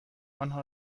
آنها